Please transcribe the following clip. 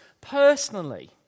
personally